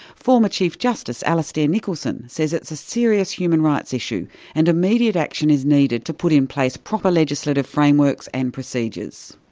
former chief justice alistair nicholson says it's a serious human rights issue and immediate action is needed to put in place proper legislative frameworks and procedures.